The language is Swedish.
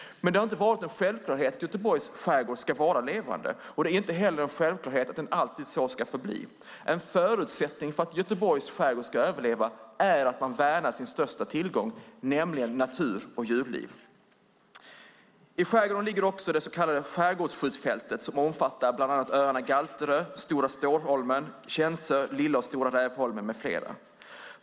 Men det har inte varit en självklarhet att Göteborgs skärgård ska vara levande. Det är inte heller en självklarhet att den alltid så ska förbli. En förutsättning för att Göteborgs skärgård ska överleva är att man värnar sina största tillgångar, nämligen natur och djurliv. I skärgården ligger också det så kallade skärgårdsskjutfältet, som bland annat omfattar öarna Galterö, Stora Stårholmen, Känsö, Lilla Rävholmen och Stora Rävholmen.